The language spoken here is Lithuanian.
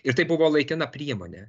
ir tai buvo laikina priemonė